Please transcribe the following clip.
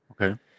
Okay